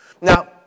now